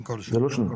כל שנה